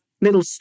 little